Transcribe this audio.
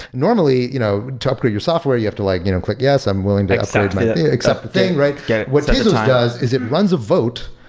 normally, you know to upgrade your software, you have to like you know click, yes. i'm willing to upgrade my accept the thing. yeah what tezos does is it runs a vote,